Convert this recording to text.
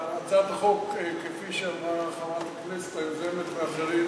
הצעת החוק, כפי שאמרה חברת הכנסת היוזמת ואחרים,